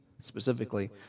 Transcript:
specifically